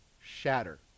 shatter